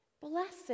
Blessed